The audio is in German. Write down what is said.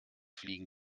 fliegen